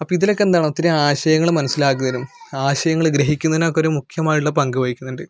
അപ്പം ഇതിലക്കെന്താണ് ഒത്തിരി ആശയങ്ങള് മനസ്സിലാക്കുന്നതിനും ആശയങ്ങള് ഗ്രഹിക്കുന്നതിനും ഒക്കെ ഒരു മുഖ്യമായുള്ള പങ്ക് വഹിക്കുന്നുണ്ട്